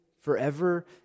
forever